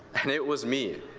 and it was me.